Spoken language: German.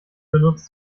benutzt